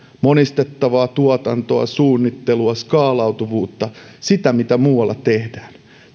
monistettavaa tuotantoa suunnittelua skaalautuvuutta sitä mitä muualla tehdään